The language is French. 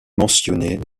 mentionnée